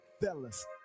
fellas